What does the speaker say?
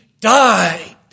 died